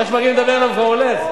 לא נכון, זה לא נכון.